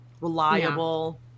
reliable